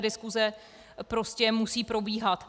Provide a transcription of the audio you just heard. Diskuse prostě musí probíhat.